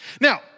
Now